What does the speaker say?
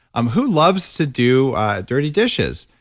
um who loves to do dirty dishes?